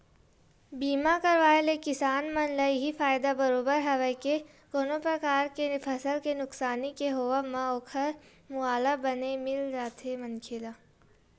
बीमा करवाय ले किसान मन ल इहीं फायदा बरोबर हवय के कोनो परकार ले फसल के नुकसानी के होवब म ओखर मुवाला बने मिल जाथे मनखे ला